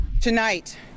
tonight